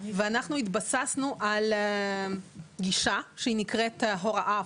והתבססנו על גישה שנקראת הוראה הפוכה,